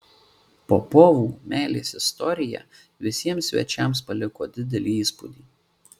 popovų meilės istorija visiems svečiams paliko didelį įspūdį